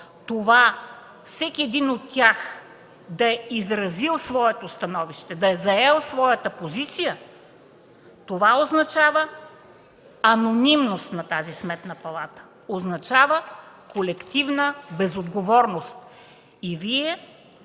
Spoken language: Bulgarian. – всеки един от тях да е изразил своето становище, да е заел своята позиция, означава анонимност на тази Сметна палата, означава колективна безотговорност и Вие